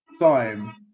time